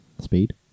Speed